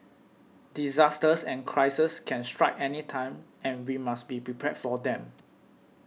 disasters and crises can strike anytime and we must be prepared for them